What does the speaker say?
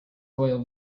oil